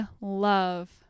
love